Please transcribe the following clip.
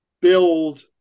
build